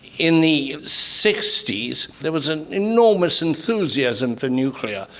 in the sixty s, there was an enormous enthusiasm for nuclear.